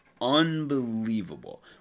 unbelievable